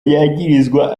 yagirizwa